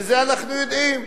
ואת זה אנחנו יודעים,